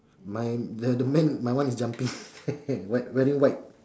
my the man my one is jumping white wearing white